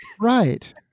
Right